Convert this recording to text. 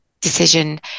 decision